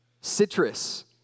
Citrus